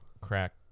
Crack